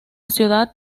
ciudad